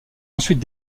ensuite